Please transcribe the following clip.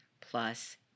plus